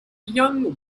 young